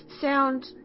sound